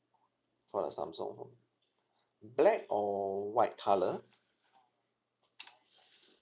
for the samsung phone black or white colour